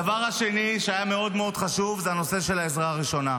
הדבר השני שהיה מאוד מאוד חשוב הוא הנושא של העזרה הראשונה.